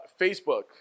Facebook